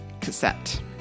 cassette